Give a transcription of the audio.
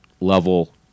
level